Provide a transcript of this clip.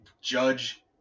Judge